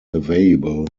available